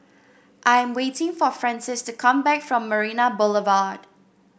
I'm waiting for Francies to come back from Marina Boulevard